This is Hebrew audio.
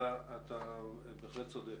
אתה בהחלט צודק.